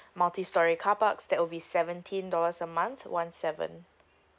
multistorey carparks that will be seventeen dollars a month one seven